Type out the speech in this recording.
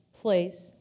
place